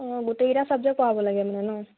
অঁ গোটেইকেইটা চাবজেক্ট পঢ়াব লাগে মানে ন